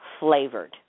flavored